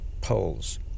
poles